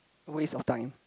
waste of time